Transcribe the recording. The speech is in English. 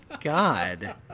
God